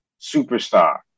superstar